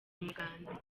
umuganda